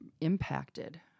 impacted